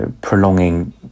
prolonging